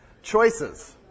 Choices